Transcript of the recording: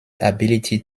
ability